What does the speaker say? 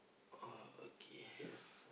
oh okay